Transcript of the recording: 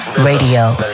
Radio